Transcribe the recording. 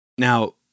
Now